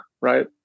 right